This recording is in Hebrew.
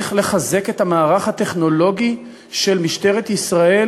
צריך לחזק את המערך הטכנולוגי של משטרת ישראל